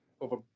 over